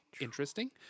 interesting